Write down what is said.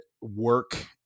work